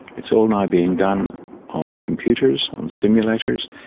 it's all now being done on computers, on simulators,